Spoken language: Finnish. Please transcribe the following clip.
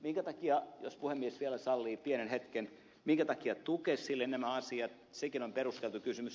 minkä takia jos puhemies vielä sallii pienen hetken minkä takia tukesille nämä asiat sekin on perusteltu kysymys